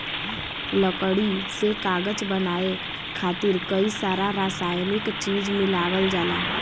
लकड़ी से कागज बनाये खातिर कई सारा रासायनिक चीज मिलावल जाला